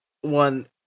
one